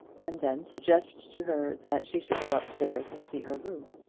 and then suggest to her that she should go up-stairs and see her room.